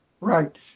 right